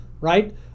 right